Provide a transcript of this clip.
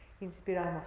inspiramos